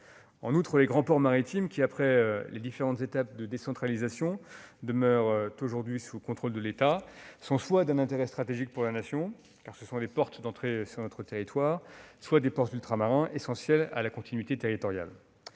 En outre, les grands ports maritimes qui, après les différentes étapes de la décentralisation, demeurent aujourd'hui sous contrôle de l'État, sont soit d'un intérêt stratégique pour la Nation, car ce sont des portes d'entrée sur notre territoire, soit des ports ultramarins, essentiels à la continuité territoriale.